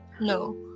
No